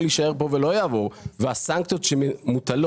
יישאר כאן ולא יעבור הסנקציות שמוטלות,